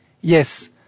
Yes